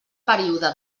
període